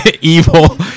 evil